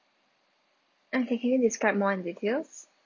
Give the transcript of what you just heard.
okay can you describe more in details